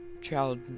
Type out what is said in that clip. child